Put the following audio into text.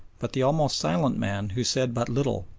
but the almost silent man who said but little,